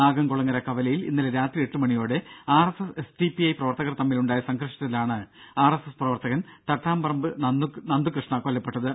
നാഗംകുളങ്ങര കവലയിൽ ഇന്നലെ രാത്രി എട്ടുമണിയോടെ RSS S D P I പ്രവർത്തകർ തമ്മിലുണ്ടായ സംഘർഷത്തിലാണ് ആർ എസ് എസ് പ്രവർത്തകൻ തട്ടാപറമ്പ് നന്ദുകൃഷ്ണ കൊല്ലപ്പെട്ടത്